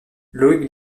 loïc